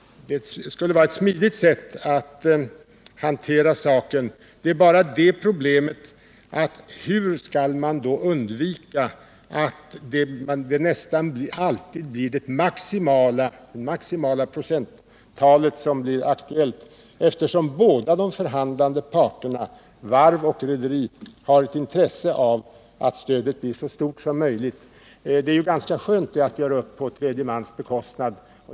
Det skulle vara ett smidigt sätt att hantera frågan. Det är bara detta problem: Hur skall man undvika att det nästan alltid är det maximala procenttalet som blir aktuellt? Båda de förhandlande parterna, varv och rederi, har ju intresse av att stödet blir så stort som möjligt. Och det är ju ganska skönt att göra upp på tredje mans bekostnad.